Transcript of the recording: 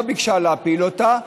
לא ביקשה להפיל אותה,